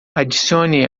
adicione